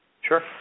Sure